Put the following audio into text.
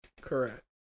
Correct